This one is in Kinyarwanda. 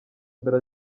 mbere